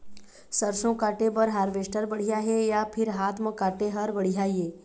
सरसों काटे बर हारवेस्टर बढ़िया हे या फिर हाथ म काटे हर बढ़िया ये?